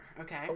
okay